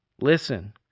Listen